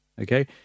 Okay